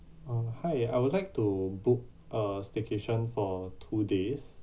uh hi I would like to book a staycation for two days